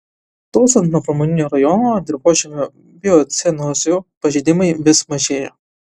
tolstant nuo pramoninio rajono dirvožemio biocenozių pažeidimai vis mažėja